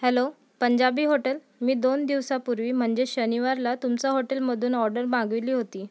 hello Punjabi hotel मी दोन दिवसापूर्वी म्हणजेच शनिवारला तुमच्या हॉटेलमधून ऑर्डर मागवली होती